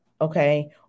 okay